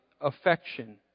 affection